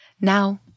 Now